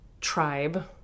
tribe